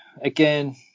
again